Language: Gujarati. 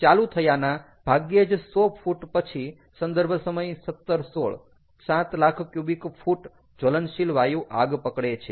ચાલુ થયાના ભાગ્યે જ 100 ફૂટ પછી સંદર્ભ સમય 1716 સાત લાખ ક્યુબિક ફૂટ જવલનશીલ વાયુ આગ પકડે છે